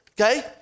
okay